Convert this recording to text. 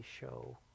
show